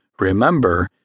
Remember